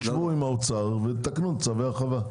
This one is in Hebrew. שבו עם האוצר ותקנו את צווי ההרחבה.